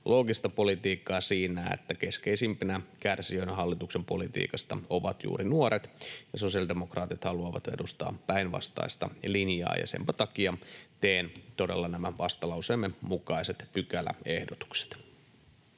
loogista politiikkaa siinä, että keskeisimpinä kärsijöinä hallituksen politiikasta ovat juuri nuoret. Sosiaalidemokraatit haluavat edustaa päinvastaista linjaa, ja senpä takia teen todella nämä vastalauseemme mukaiset pykäläehdotukset.